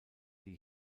die